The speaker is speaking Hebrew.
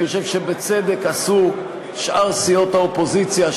אני חושב שבצדק עשו שאר סיעות האופוזיציה,